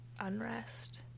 unrest